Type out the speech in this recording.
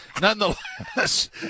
Nonetheless